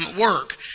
work